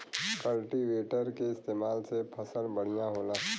cultivator के इस्तेमाल से फसल बढ़िया होला